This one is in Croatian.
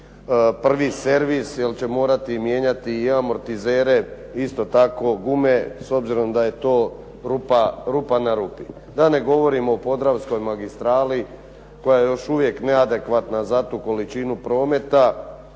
prvi servis jer će morati mijenjati i amortizere, isto tako i gume s obzirom da je to rupa na rupi. Da ne govorim o podravskoj magistrali koja je još uvijek neadekvatna za tu količinu prometa,